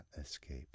escape